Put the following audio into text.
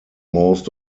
most